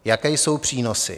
Jaké jsou přínosy?